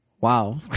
wow